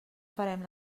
farem